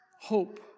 hope